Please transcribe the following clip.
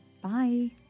bye